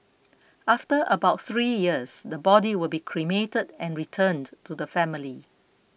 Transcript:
after about three years the body will be cremated and returned to the family